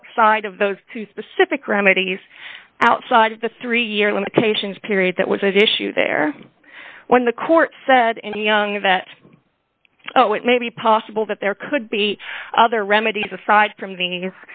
outside of those to specific remedies outside of the three year limitations period that was that issue there when the court said any young that oh it may be possible that there could be other remedies aside from